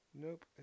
Nope